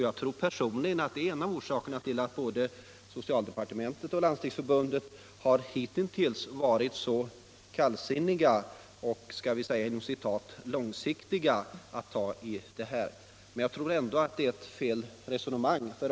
Jag tror personligen att det är en av orsakerna till att både socialdepartementet och Landstingsförbundet hittills har varit så kallsinniga och låt mig säga ”långsiktiga” när det gällt att angripa det här problemet. 67 Men jag tror att det är fel att resonera så.